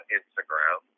Instagram